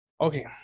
Okay